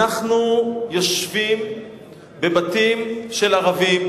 אנחנו יושבים בבתים של ערבים,